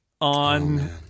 on